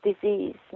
disease